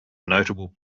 notable